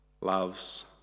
loves